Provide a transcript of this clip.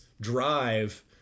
drive